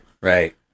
Right